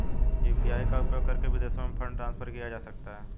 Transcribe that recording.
UPI का उपयोग करके विदेशों में फंड ट्रांसफर किया जा सकता है?